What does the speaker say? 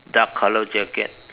dark colour jacket